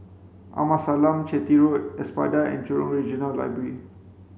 Amasalam Chetty Road Espada and Jurong Regional Library